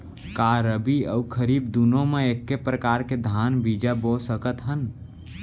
का रबि अऊ खरीफ दूनो मा एक्के प्रकार के धान बीजा बो सकत हन?